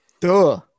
Duh